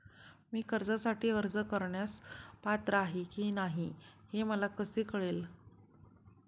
मी कर्जासाठी अर्ज करण्यास पात्र आहे की नाही हे मला कसे कळेल?